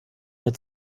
mit